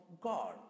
God